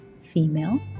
Female